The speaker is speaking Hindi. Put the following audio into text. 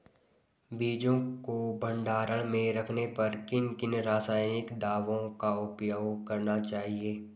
बीजों को भंडारण में रखने पर किन किन रासायनिक दावों का उपयोग करना चाहिए?